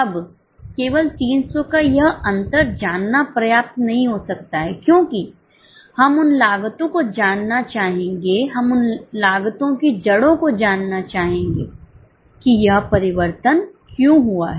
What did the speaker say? अब केवल 300 का यह अंतर जानना पर्याप्त नहीं हो सकता है क्योंकि हम उन लागतों को जानना चाहेंगे हम लागतो की जड़ों को जानना चाहेंगे कि यह परिवर्तन क्यों हुआ है